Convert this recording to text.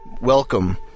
welcome